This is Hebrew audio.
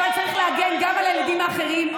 אבל צריך להגן גם על הילדים האחרים,